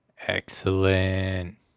Excellent